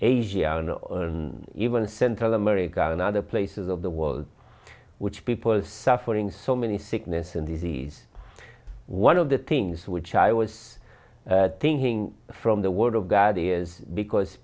asia and even central america and other places of the world which people's suffering so many sickness and disease one of the things which i was thinking from the word of god is because